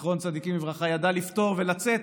זכר צדיק לברכה, ידע לפתור ולצאת